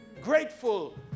grateful